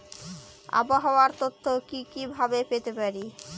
আবহাওয়ার তথ্য কি কি ভাবে পেতে পারি?